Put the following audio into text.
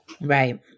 Right